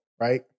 right